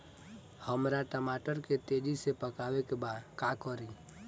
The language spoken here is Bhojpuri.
हमरा टमाटर के तेजी से पकावे के बा का करि?